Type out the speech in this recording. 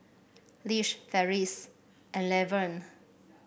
Lish Ferris and Levern